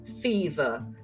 fever